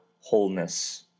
wholeness